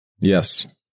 Yes